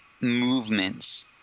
movements